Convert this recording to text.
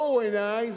אורו עיני.